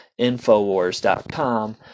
Infowars.com